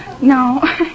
No